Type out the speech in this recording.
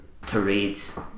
parades